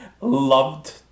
loved